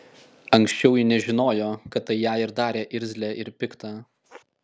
anksčiau ji nežinojo kad tai ją ir darė irzlią ir piktą